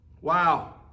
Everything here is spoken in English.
wow